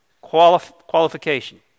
qualification